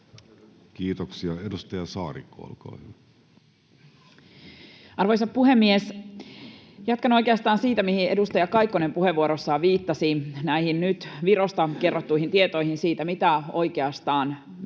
Time: 10:33 Content: Arvoisa puhemies! Jatkan oikeastaan siitä, mihin edustaja Kaikkonen puheenvuorossaan viittasi, eli näihin nyt Virosta kerrottuihin tietoihin siitä, mitä oikeastaan merellä